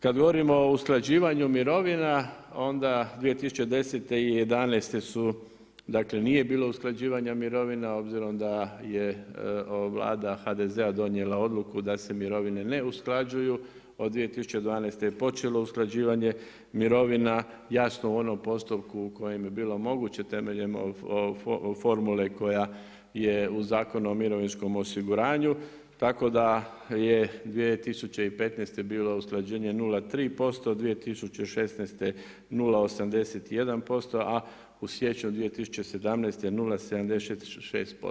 Kada govorimo o usklađivanju mirovina onda 2010.i 2011. dakle nije bilo usklađivanja mirovine, a obzirom da je vlada HDZ-a donijela odluku da se mirovine ne usklađuju od 2012. je počelo usklađivanje mirovina, jasno u onom postupku kojim je bilo moguće temeljem formule koja je u Zakonu o mirovinskom osiguranju, tako da je 2015. bilo usklađenje 0,3%, 2016. 081%, a u siječnju 2017. 0,76%